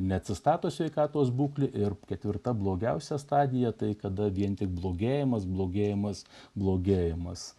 neatsistato sveikatos būklė ir ketvirta blogiausia stadija tai kada vien tik blogėjimas blogėjimas blogėjimas